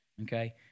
okay